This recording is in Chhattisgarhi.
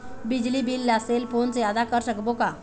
बिजली बिल ला सेल फोन से आदा कर सकबो का?